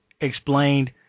explained